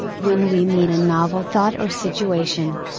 when we meet a novel thought or situation.